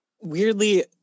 Weirdly